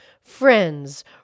friends